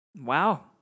wow